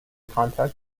context